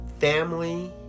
family